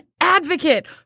advocate